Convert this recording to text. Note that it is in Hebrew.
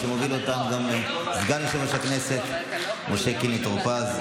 מי שמוביל אותם הוא גם סגן יושב-ראש הכנסת משה קינלי טור פז.